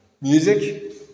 Music